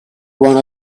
wanna